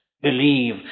believe